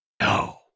No